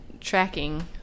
tracking